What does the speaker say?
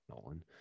Nolan